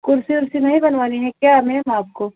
कुर्सी उर्सी नहीं बनवानी हैं क्या मैम आपको